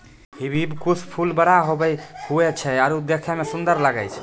hibiscus फूल बड़ा बड़ा हुवै छै आरु देखै मे सुन्दर लागै छै